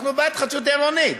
אנחנו בעד התחדשות עירונית.